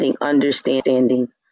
understanding